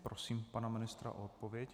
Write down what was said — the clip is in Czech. Prosím pana ministra o odpověď.